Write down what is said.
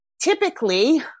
typically